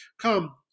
come